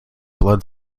blood